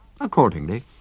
Accordingly